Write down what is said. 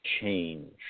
change